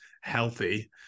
healthy